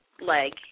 leg